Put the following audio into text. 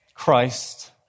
Christ